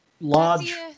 Large